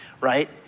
right